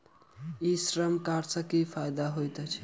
ई श्रम कार्ड सँ की फायदा होइत अछि?